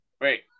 wait